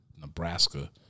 Nebraska